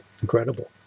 incredible